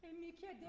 me to